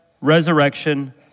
resurrection